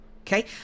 okay